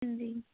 ਹਾਂਜੀ